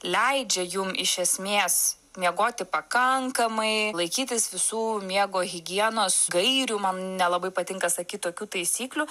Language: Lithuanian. leidžia jum iš esmės miegoti pakankamai laikytis visų miego higienos gairių man nelabai patinka sakyt tokių taisyklių